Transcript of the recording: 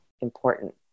important